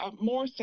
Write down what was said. more